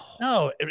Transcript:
No